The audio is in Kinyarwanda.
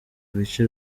bice